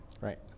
Right